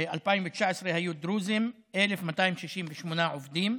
2019 היו דרוזים, 1,268 עובדים.